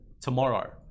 tomorrow